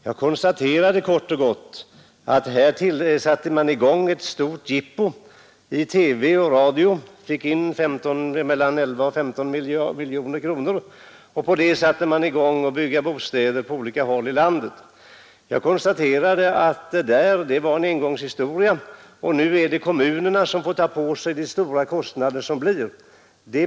Jag konstaterade kort och gott att man här ordnade ett stort jippo i TV och radio och fick in mellan 11 och 15 miljoner kronor och att man för dessa pengar satte i gång att bygga bostäder på olika håll i landet. Jag framhöll att detta var en engångshistoria och att det nu är kommunerna som får ta på sig de stora kostnader som uppstår.